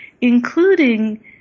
including